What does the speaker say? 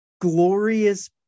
glorious